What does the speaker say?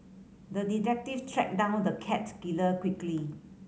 the detective tracked down the cat killer quickly